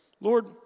Lord